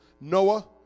Noah